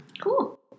Cool